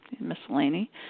miscellany